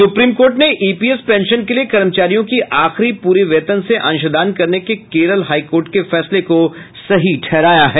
supreme court ने EPS pension के लिये कर्मचारियों की आखिरी पूरे वेतन से अंशदान करने के केरल हाईकोर्ट के फैसले को सही ठहराया है